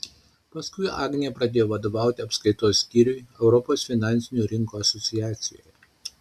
paskui agnė pradėjo vadovauti apskaitos skyriui europos finansinių rinkų asociacijoje